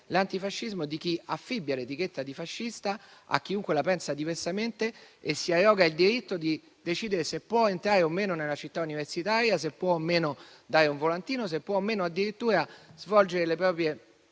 l'antifascismo di chi affibbia l'etichetta di fascista a chiunque la pensa diversamente e si arroga il diritto di decidere se può entrare o meno nella città universitaria, se può o meno dare un volantino, se può o meno addirittura svolgere le proprie